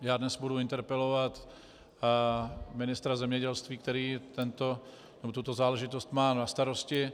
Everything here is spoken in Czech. Já dnes budu interpelovat ministra zemědělství, který má tuto záležitost na starosti.